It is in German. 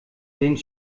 den